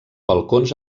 balcons